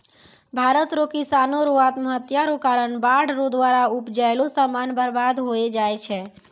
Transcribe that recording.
भारत रो किसानो रो आत्महत्या रो कारण बाढ़ रो द्वारा उपजैलो समान बर्बाद होय जाय छै